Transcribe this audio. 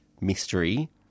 mystery